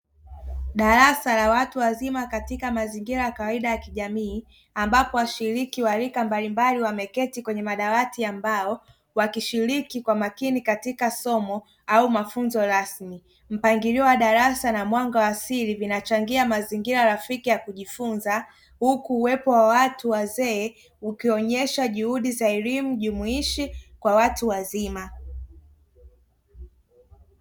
Darasa la watu wazima katika mazingira ya kawaida ya kijamii ambapo washiriki wa rika mbalimbali wameketi kwenye madawati ya mbao wakishiriki kwa makini katika somo au mafunzo rasmi, Mpangilio wa darasa na mwanga wa asili vinachangia mazingira rafiki ya kujifunza, huku uwepo wa watu wazee ukionyesha juhudi za elimu jumuishi kwa watu wazima.